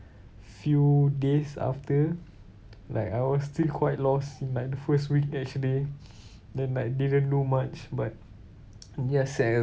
few days after like I was still quite lost in like in the first week actually then like didn't do much but except